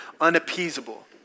unappeasable